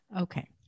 Okay